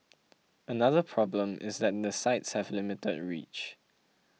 another problem is that the sites have limited reach